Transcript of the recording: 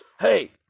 hey